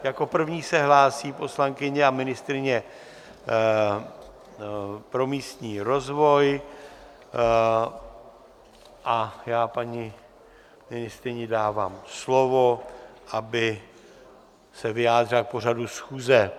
Jako první se hlásí poslankyně a ministryně pro místní rozvoj a já paní ministryni dávám slovo, aby se vyjádřila k pořadu schůze.